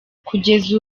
kugeza